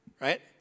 right